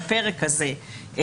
לפרק הזה,